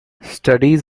studies